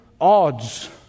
odds